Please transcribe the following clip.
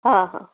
हा हा